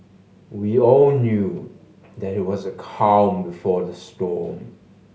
we all knew that it was the calm before the storm